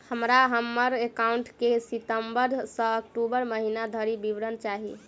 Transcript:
हमरा हम्मर एकाउंट केँ सितम्बर सँ अक्टूबर महीना धरि विवरण चाहि?